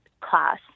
class